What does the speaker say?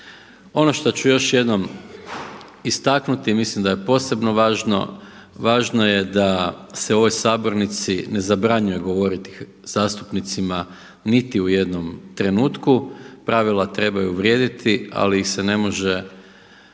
Ono što ću još jednom istaknuti mislim da je posebno važno, važno je da se u ovoj Sabornici ne zabranjuje govoriti zastupnici niti u jednom trenutku, pravila trebaju vrijediti ali ih se ne može